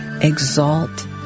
exalt